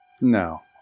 no